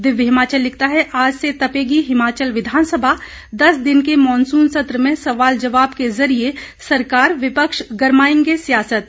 दिव्य हिमाचल लिखता है आज से तपेगी हिमाचल विधानसभा दस दिन के मानसून सत्र में सवाल जवाब के जरिए सरकार विपक्ष गरमाएंगे सियासत